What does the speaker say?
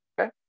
okay